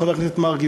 חבר הכנסת מרגי,